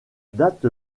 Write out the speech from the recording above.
date